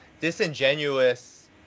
disingenuous